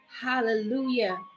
Hallelujah